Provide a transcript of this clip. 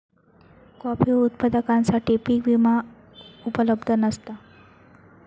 coffee उत्पादकांसाठी पीक विमा उपलब्ध नसता